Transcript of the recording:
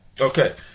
Okay